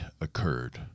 occurred